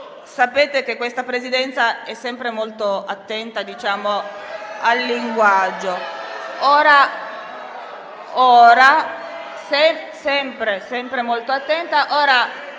sapete che questa Presidenza è sempre molto attenta al linguaggio.